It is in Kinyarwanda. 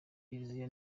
kiliziya